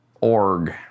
Org